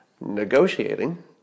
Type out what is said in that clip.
negotiating